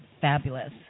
fabulous